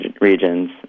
regions